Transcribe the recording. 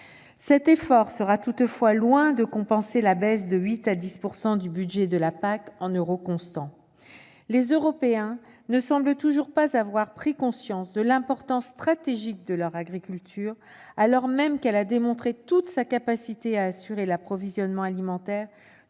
Cet effort sera toutefois loin de compenser la baisse de 8 % à 10 % du budget de la politique agricole commune en euros constants. Les Européens ne semblent toujours pas avoir pris conscience de l'importance stratégique de leur agriculture, alors même que celle-ci a démontré toute sa capacité à assurer l'approvisionnement alimentaire